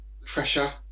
Pressure